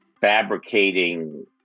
fabricating